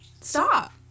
stop